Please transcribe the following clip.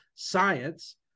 science